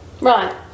Right